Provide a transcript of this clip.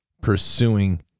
pursuing